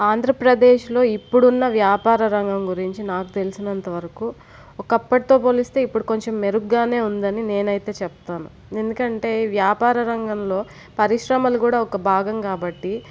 ఆంధ్రప్రదేశ్లో ఇప్పుడున్న వ్యాపార రంగం గురించి నాకు తెలిసినంతవరకు ఒకప్పటితో పోలిస్తే ఇప్పుడు కొంచెం మెరుగ్గానే ఉందని నేనైతే చెప్తాను ఎందుకంటే వ్యాపార రంగంలో పరిశ్రమలు కూడా ఒక భాగం కాబట్టి